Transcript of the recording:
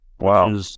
Wow